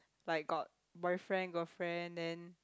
like got boyfriend girlfriend then